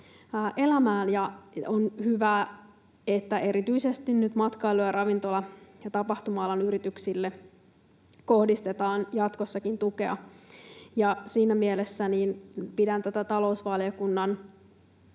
elämään. On hyvä, että erityisesti nyt matkailu-, ravintola- ja tapahtuma-alan yrityksille kohdistetaan jatkossakin tukea, ja siinä mielessä pidän tarvittavana tätä talousvaliokunnan